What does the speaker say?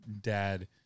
dad